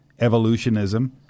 evolutionism